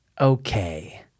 okay